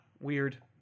weird